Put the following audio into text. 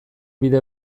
bide